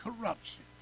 corruption